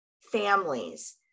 families